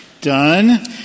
Done